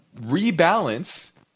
rebalance